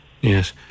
yes